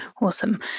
Awesome